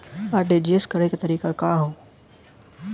RTGS करे के तरीका का हैं?